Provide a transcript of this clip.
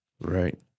Right